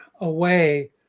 away